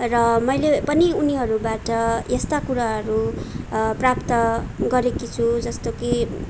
र मैले पनि उनीहरूबाट यस्ता कुराहरू प्राप्त गरेकी छु जस्तो कि